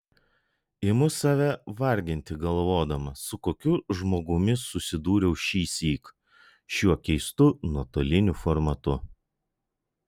imu save varginti galvodama su kokiu žmogumi susidūriau šįsyk šiuo keistu nuotoliniu formatu